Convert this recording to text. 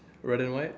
red and white